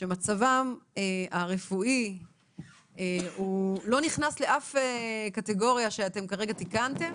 שמצבם הרפואי לא נכנס לאף קטגוריה שאנחנו כרגע תיקנו,